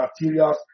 materials